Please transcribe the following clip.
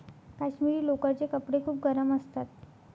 काश्मिरी लोकरचे कपडे खूप गरम असतात